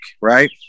right